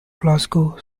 glasgow